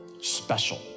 special